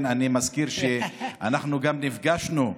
אני מזכיר שאנחנו גם נפגשנו.